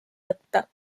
võtta